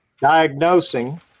diagnosing